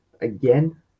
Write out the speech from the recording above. again